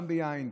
גם ביין,